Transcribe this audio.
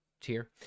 tier